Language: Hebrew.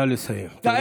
נא לסיים, תודה.